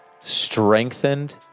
strengthened